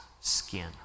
skin